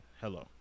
Hello